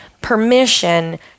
permission